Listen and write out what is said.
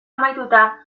amaituta